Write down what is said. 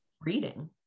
reading